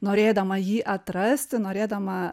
norėdama jį atrasti norėdama